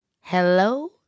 Hello